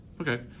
okay